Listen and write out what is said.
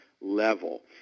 level